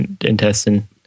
intestine